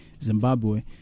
Zimbabwe